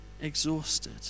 exhausted